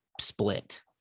split